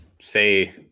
say –